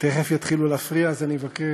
תכף יתחילו להפריע, אז אני מבקש,